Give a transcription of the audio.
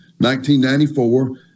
1994